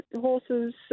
horses